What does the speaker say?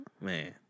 man